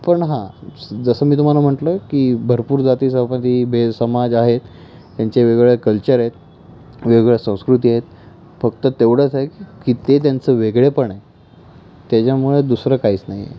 पण हां जसं मी तुम्हाला म्हटलं की भरपूर जातीजमाती बे समाज आहेत त्यांचे वेगवेगळे कल्चर आहेत वेगवेगळ्या संस्कृती आहेत फक्त तेवढंच आहे की ते त्यांचं वेगळेपण आहे त्याच्यामुळे दुसरं काहीच नाही आहे